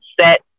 set